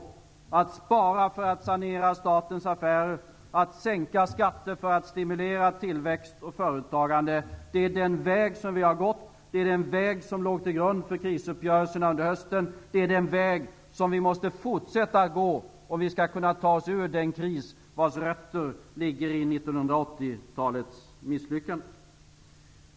Den väg som vi har gått är att spara för att sanera statens affärer och att sänka skatter för att stimulera tillväxt och företagande. Det är den väg som låg till grund för krisuppgörelserna under hösten. Det är den väg som vi måste fortsätta att gå om vi skall kunna ta oss ur den kris vars rötter ligger i 1980-talets misslyckanden.